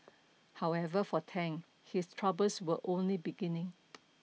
however for Tang his troubles were only beginning